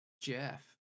Jeff